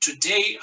today